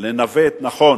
לנווט נכון.